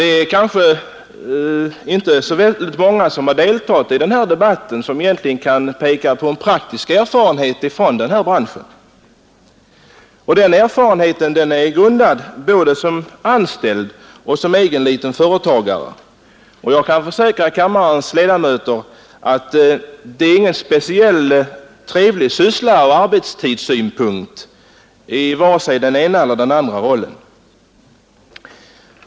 Det kanske inte är så många av deltagarna i denna debatt som kan peka på en praktisk erfarenhet från denna bransch. Min erfarenhet är grundad på arbete både som anställd och som egen liten företagare, och jag kan försäkra kammarens ledamöter att varken den ena eller den andra rollen är någon speciellt trevlig syssla från arbetstidssynpunkt.